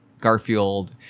garfield